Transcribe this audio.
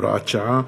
הוראת שעה),